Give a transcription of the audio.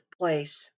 place